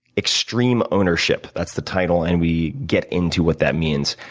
extreme ownership, that's the title and we get into what that means.